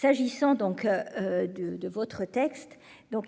Quant à votre texte,